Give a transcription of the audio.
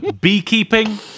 beekeeping